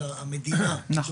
אלא המדינה.